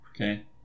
Okay